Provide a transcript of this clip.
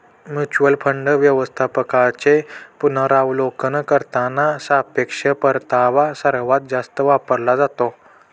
mutual fund व्यवस्थापकांचे पुनरावलोकन करताना सापेक्ष परतावा सर्वात जास्त वापरला जातो